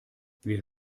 wir